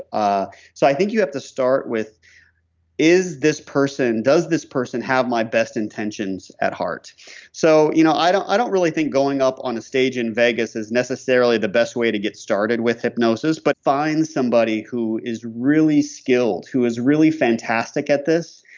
ah so i think you have to start with is this person, does this person have my best intentions at heart so you know i don't i don't really think going up on a stage in vegas is necessarily the best way to get started with hypnosis, but find somebody who is really skilled, who is really fantastic at this.